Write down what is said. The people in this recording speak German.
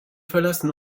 verlassen